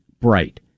bright